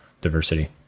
diversity